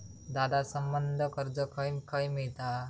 दादा, संबंद्ध कर्ज खंय खंय मिळता